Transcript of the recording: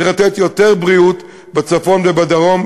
צריך לתת יותר בריאות בצפון ובדרום,